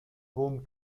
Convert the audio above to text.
home